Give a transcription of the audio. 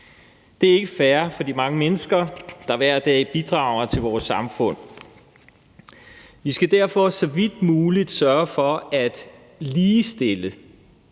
Det er ikke fair for de mange mennesker, der hver dag bidrager til vores samfund. Vi skal derfor så vidt muligt sørge for at ligestille,